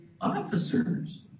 officers